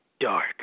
dark